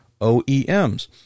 OEMs